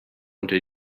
unter